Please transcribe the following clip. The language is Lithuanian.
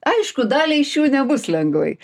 aišku daliai iš jų nebus lengvai